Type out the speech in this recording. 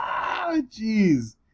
jeez